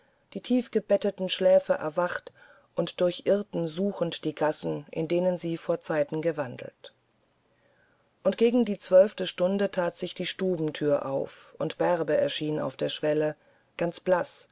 die tiefgebetteten schläfer erwacht und durchirrten suchend die gassen in denen sie vorzeiten gewandelt und gegen die zwölfte stunde that sich die stubenthür auf und bärbe erschien auf der schwelle ganz blaß